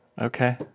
Okay